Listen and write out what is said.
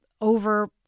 over